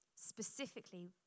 Specifically